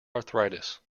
arthritis